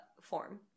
form